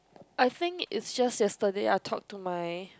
I think it's just yesterday I talk to my